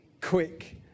quick